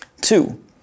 Two